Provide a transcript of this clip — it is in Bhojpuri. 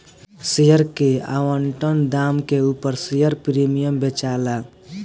शेयर के आवंटन दाम के उपर शेयर प्रीमियम बेचाला